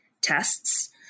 tests